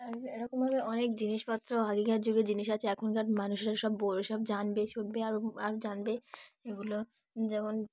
আর এরকমভাবে অনেক জিনিসপত্র আগেকার যুগে জিনিস আছে এখনকার মানুষেরা সব বো সব জানবে শুনবে আর আর জানবে এগুলো যেমন